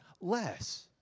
less